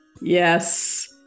yes